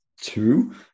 two